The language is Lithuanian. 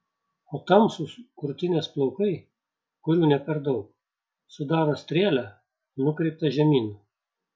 o tamsūs krūtinės plaukai kurių ne per daug sudaro strėlę nukreiptą žemyn